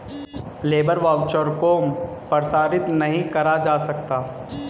labour voucher को प्रसारित नहीं करा जा सकता